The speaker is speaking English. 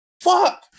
Fuck